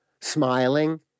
smiling